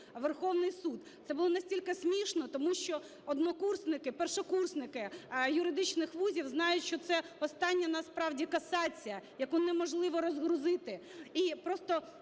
Верховний Суд. Це було настільки смішно, тому що першокурсники юридичних вузів знають, що це остання насправді касація, яку неможливо розгрузити.